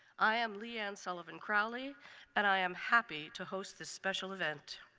i am leanne sullivan crowley and i am happy to host this special event.